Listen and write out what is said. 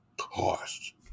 cost